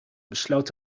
besloot